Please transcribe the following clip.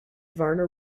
varna